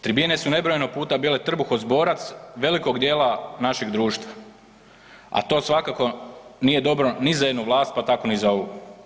Tribine su nebrojeno puta bile trbuhozborac velikog dijela našeg društva, a to svakako nije dobro ni za jednu vlast pa tako ni za ovu.